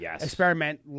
experiment